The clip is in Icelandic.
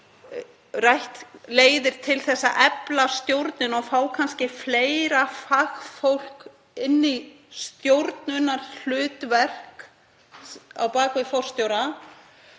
rætt leiðir til að efla stjórnina og fá kannski fleira fagfólk í stjórnunarhlutverk á bak við forstjóra.